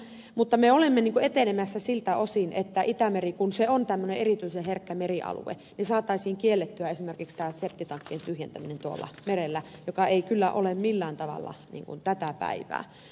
mutta me olemme etenemässä siltä osin että itämerellä kun se on tämmöinen erityisen herkkä merialue saataisiin kiellettyä esimerkiksi septitankkien tyhjentäminen tuolla merellä joka ei kyllä ole millään tavalla tätä päivää